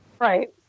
Right